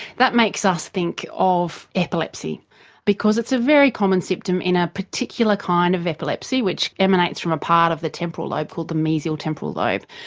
that makes us think of epilepsy because it's a very common symptom in a particular kind of epilepsy which emanates from a part of the temporal lobe called the mesial temporal lobe.